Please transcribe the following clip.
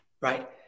right